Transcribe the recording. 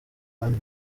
inani